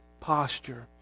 posture